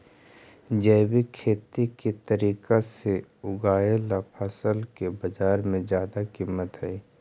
जैविक खेती के तरीका से उगाएल फसल के बाजार में जादा कीमत हई